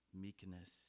meekness